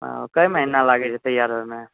हँ कय महीना लागै छै तैयार होइमे